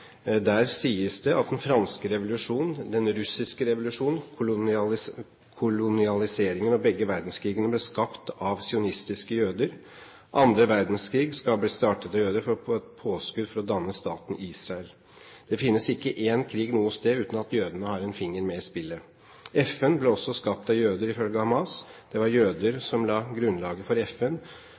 Der sies det at den franske revolusjon, den russiske revolusjon, kolonialiseringen og begge verdenskrigene ble skapt av sionistiske jøder. Annen verdenskrig skal ha blitt startet av jøder som et påskudd for å danne staten Israel. Det finnes ikke én krig noe sted uten at jødene har en finger med i spillet. FN ble også skapt av jøder, ifølge Hamas. Det var jøder som la grunnlaget for FN